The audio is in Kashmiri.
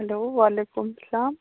ہیٚلو وعلیکُم السلام